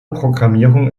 programmierung